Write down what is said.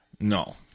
No